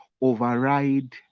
override